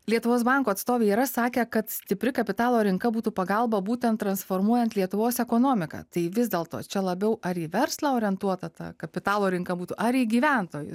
lietuvos banko atstovai yra sakę kad stipri kapitalo rinka būtų pagalba būtent transformuojant lietuvos ekonomiką tai vis dėlto čia labiau ar į verslą orientuota ta kapitalo rinka būtų ar į gyventojus